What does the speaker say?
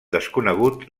desconegut